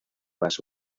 mas